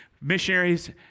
missionaries